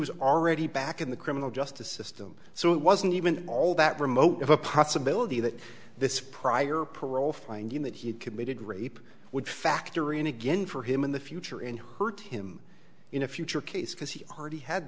was already back in the criminal justice system so it wasn't even all that remote of a possibility that this prior parole finding that he had committed rape would factory and again for him in the future in hurt him in a future case because he already had